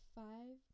five